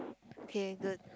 okay good